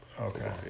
Okay